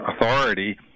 authority